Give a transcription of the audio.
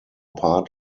part